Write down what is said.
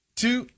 two